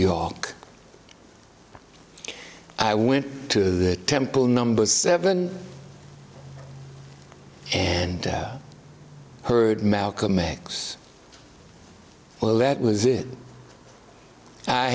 york i went to the temple number seven and heard malcolm x well that was it i